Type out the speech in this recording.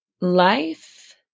Life